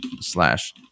slash